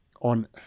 on